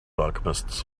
alchemists